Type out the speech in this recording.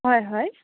হয় হয়